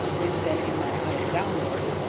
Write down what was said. when, bending my eyes downward,